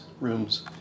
rooms